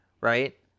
right